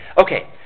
Okay